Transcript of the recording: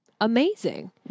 amazing